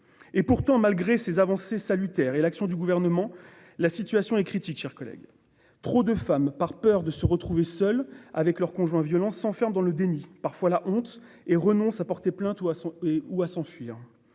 Pourtant, malgré ces avancées salutaires et l'action du Gouvernement, la situation est critique, mes chers collègues. Trop de femmes, par peur de se retrouver seules avec leur conjoint violent, s'enferment dans le déni, parfois la honte, et renoncent à porter plainte ou à s'enfuir.